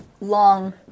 long